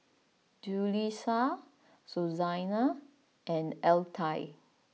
Julisa Susanna and Altie